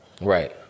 Right